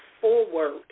forward